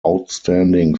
outstanding